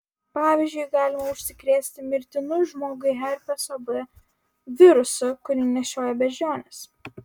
pavyzdžiui galima užsikrėsti mirtinu žmogui herpeso b virusu kurį nešioja beždžionės